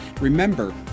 Remember